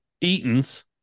Eatons